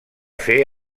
fer